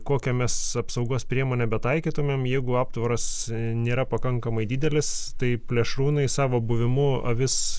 kokią mes apsaugos priemonę betaikytumėm jeigu aptvaras nėra pakankamai didelis tai plėšrūnai savo buvimu avis